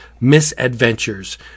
misadventures